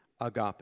agape